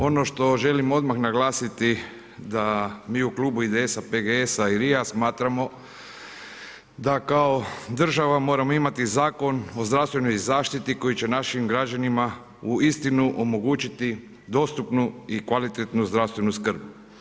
Ono što želim odmah naglasiti da mi u Klubu IDS-a, PGS-a i RIA smatramo da kao država moramo imati Zakon o zdravstvenoj zaštiti koji će našim građanima uistinu omogućiti dostupnu i kvalitetnu zdravstvenu skrb.